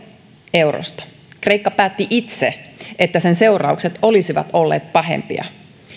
eurosta kreikka päätti itse että sen seuraukset olisivat olleet pahempia myös